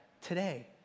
today